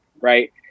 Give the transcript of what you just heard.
Right